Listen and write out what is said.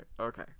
okay